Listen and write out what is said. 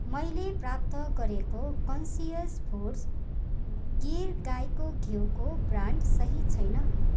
मैले प्राप्त गरेको कन्सियस फुड्स गिर गाईको घिउको ब्रान्ड सही छैन